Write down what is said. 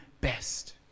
best